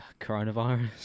Coronavirus